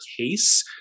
case